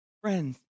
Friends